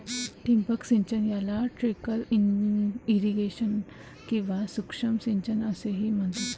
ठिबक सिंचन याला ट्रिकल इरिगेशन किंवा सूक्ष्म सिंचन असेही म्हणतात